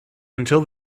until